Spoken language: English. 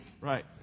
Right